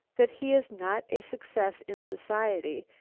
that he is not a success in society,